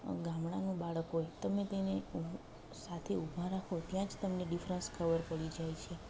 ગામડાનું બાળક હોય તમે તેને સાથે ઊભા રાખો ત્યાં જ તમને ડિફરન્સ ખબર પડી જાય છે